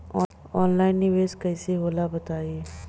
Online निवेस कइसे होला बताईं?